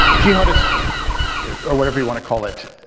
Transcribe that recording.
jihadist or whatever you wanna call it,